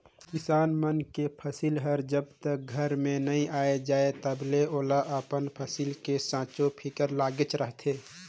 किसान मन के फसिल हर जब तक घर में नइ आये जाए तलबे ओला अपन फसिल के संसो फिकर लागेच रहथे